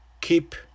keep